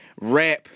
rap